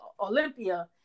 Olympia